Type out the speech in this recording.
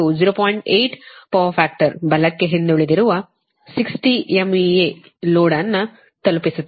8 power factor ಬಲಕ್ಕೆ ಹಿಂದುಳಿದಿರುವ 60 MVA load ಅನ್ನು ತಲುಪಿಸುತ್ತಿದೆ